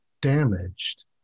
damaged